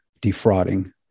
Defrauding